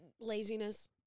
Laziness